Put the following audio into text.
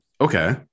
Okay